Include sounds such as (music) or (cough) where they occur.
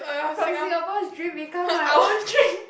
from Singapore's dream become my own dream (laughs)